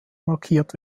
markiert